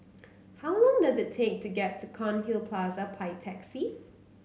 how long does it take to get to Cairnhill Plaza by taxi